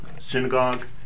synagogue